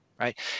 Right